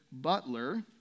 butler